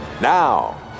Now